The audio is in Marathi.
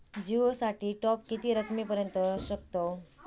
जिओ साठी टॉप किती रकमेपर्यंत करू शकतव?